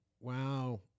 Wow